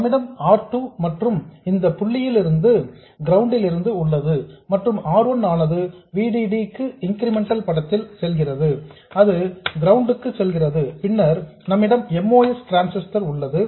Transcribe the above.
நம்மிடம் R 2 மற்றும் இந்த புள்ளியிலிருந்து கிரவுண்ட் ல் உள்ளது மற்றும் R 1 ஆனது V D D க்கு இன்கிரிமெண்டல் படத்தில் செல்கிறது அது கிரவுண்ட் க்கு செல்கிறது பின்னர் நம்மிடம் MOS டிரான்ஸிஸ்டர் உள்ளது